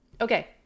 Okay